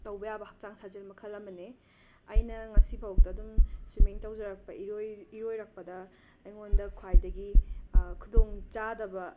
ꯇꯧꯕ ꯌꯥꯕ ꯍꯛꯆꯥꯡ ꯁꯥꯖꯦꯜ ꯃꯈꯜ ꯑꯃꯅꯦ ꯑꯩꯅ ꯉꯁꯤꯐꯥꯎꯗ ꯑꯗꯨꯝ ꯁꯨꯃꯤꯡ ꯇꯧꯖꯔꯛꯄ ꯏꯔꯣꯏ ꯏꯔꯣꯏꯔꯛꯄꯗ ꯑꯩꯉꯣꯟꯗ ꯈ꯭ꯋꯥꯏꯗꯒꯤ ꯈꯨꯗꯣꯡꯆꯥꯗꯕ